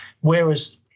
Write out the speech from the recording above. Whereas